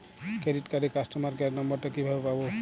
Credit কার্ডের customer care number টা কিভাবে পাবো?